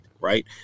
right